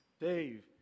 Dave